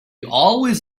always